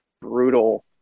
brutal